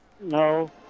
No